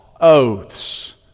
oaths